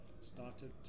started